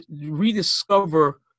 rediscover